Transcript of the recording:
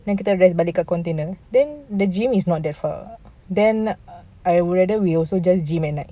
then kita rest balik dekat container then the gym is not that far then I'd rather we just gym at night